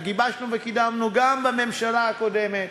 גיבשנו וקידמנו גם בממשלה הקודמת.